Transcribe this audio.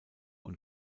und